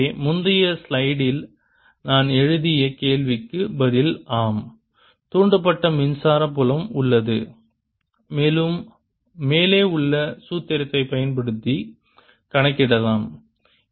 எனவே முந்தைய ஸ்லைடில் நான் எழுப்பிய கேள்விக்கு பதில் ஆம் தூண்டப்பட்ட மின்சார புலம் உள்ளது மேலும் மேலே உள்ள சூத்திரத்தைப் பயன்படுத்தி கணக்கிடலாம்